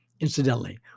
Incidentally